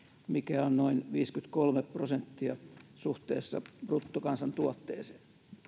mikä on noin viisikymmentäkolme prosenttia suhteessa bruttokansantuotteeseen